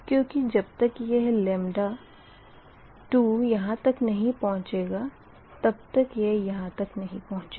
क्यूँकि जब तक यह 2 यहाँ तक नही पहुँचेगा तब तक यह यहाँ तक नही पहुँचेगा